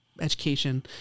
education